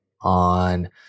on